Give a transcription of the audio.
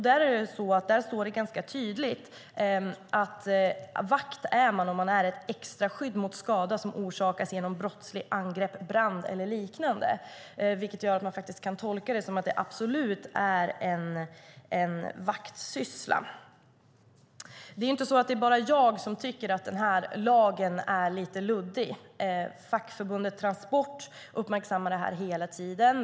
Där står det ganska tydligt att vakt är man om man är ett extraskydd mot skada som orsakas genom brottsligt angrepp, brand eller liknande. Det gör att man kan tolka det som värdarna i Gävle gör som en vaktsyssla. Det är inte bara jag som tycker att lagen är lite luddig. Fackförbundet Transport uppmärksammar det här hela tiden.